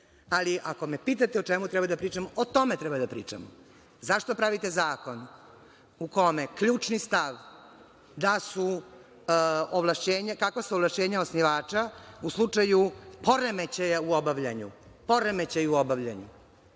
ali ako me pitate o čemu treba da pričamo, o tome treba da pričamo – zašto pravite zakon u kome ključni stav, kakva su ovlašćenja osnivača u slučaju poremećaja u obavljanju?